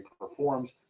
performs